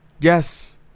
Yes